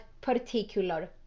particular